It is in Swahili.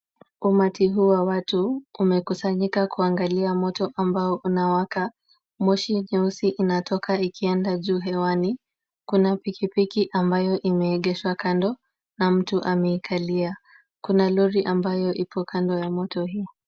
Umati huu wa watu umekusanyika kuangalia moto ambao unawaka. Moshi jeusi inatoka likienda juu hewani. Kuna pikipiki ambayo imeegeshwa kando na mtu amekailia. Kuna lori ambayo ipo kando ya moto hii.